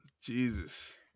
Jesus